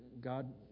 God